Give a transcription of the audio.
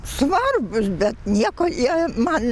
svarbūs bet nieko jie man